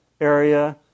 area